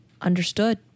Understood